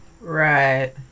Right